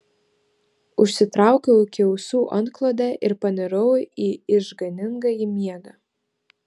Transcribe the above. užsitraukiau iki ausų antklodę ir panirau į išganingąjį miegą